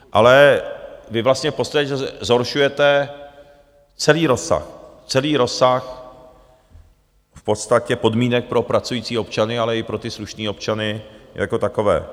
Ale vy vlastně v podstatě zhoršujete celý rozsah, celý rozsah v podstatě podmínek pro pracující občany, ale i pro ty slušné občany jako takové.